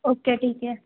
okay ठीक है